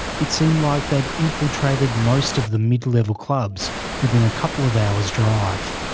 it seemed like they had infiltrated most of the mid-level clubs within a couple of hours drive.